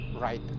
right